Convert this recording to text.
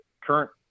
current